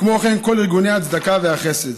כמו כן, כל ארגוני הצדקה והחסד.